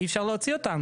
אי אפשר להוציא אותם.